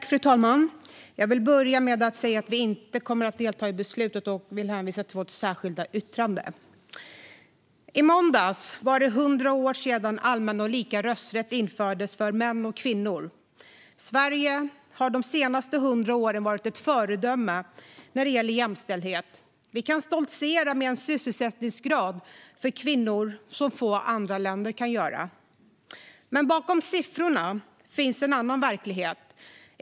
Fru talman! Jag vill börja med att säga att vi inte kommer att delta i beslutet och vill hänvisa till vårt särskilda yttrande. I måndags var det 100 år sedan allmän och lika rösträtt infördes för män och kvinnor. Sverige har de senaste 100 åren varit ett föredöme när det gäller jämställdhet. Vi kan stoltsera med en sysselsättningsgrad för kvinnor som få andra länder har. Men bakom siffrorna finns en annan verklighet.